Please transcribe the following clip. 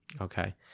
okay